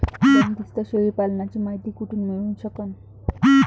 बंदीस्त शेळी पालनाची मायती कुठून मिळू सकन?